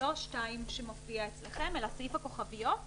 2 שמופיע אצלכם, אלא סעיף הכוכביות.